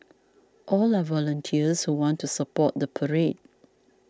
all are volunteers who want to support the parade